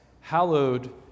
hallowed